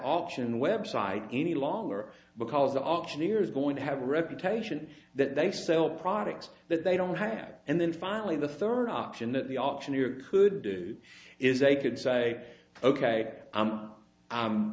option website any longer because the auctioneer is going to have a reputation that they sell products that they don't have and then finally the third option that the auctioneer could do is they could say ok i'm